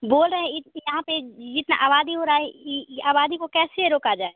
बोल रहें यहाँ पर इतनी आबादी हो रही है आबादी को कैसे रोका जाए